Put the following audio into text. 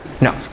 No